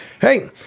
Hey